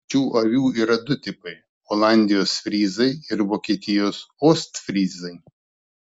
šių avių yra du tipai olandijos fryzai ir vokietijos ostfryzai